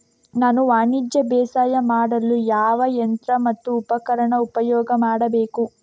ನಾನು ವಾಣಿಜ್ಯ ಬೇಸಾಯ ಮಾಡಲು ಯಾವ ಯಂತ್ರ ಮತ್ತು ಉಪಕರಣ ಉಪಯೋಗ ಮಾಡಬೇಕು?